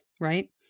Right